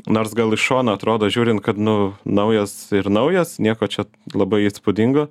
nors gal iš šono atrodo žiūrint kad nu naujas ir naujas nieko čia labai įspūdingo